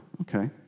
okay